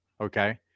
okay